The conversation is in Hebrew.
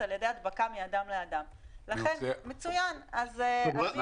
עידן, אז זה מה שהוא אמר.